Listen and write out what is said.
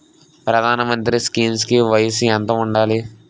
ప్రధాన మంత్రి స్కీమ్స్ కి వయసు ఎంత ఉండాలి?